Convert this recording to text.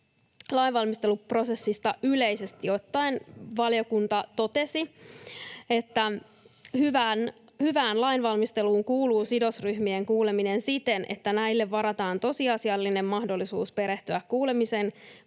lainvalmisteluprosessista yleisesti ottaen valiokunta totesi, että hyvään lainvalmisteluun kuuluu sidosryhmien kuuleminen siten, että näille varataan tosiasiallinen mahdollisuus perehtyä kuulemisen kohteena